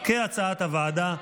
כהצעת הוועדה,